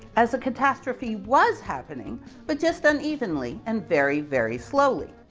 as a catastrophe was happening but just unevenly and very, very slowly.